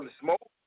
smoke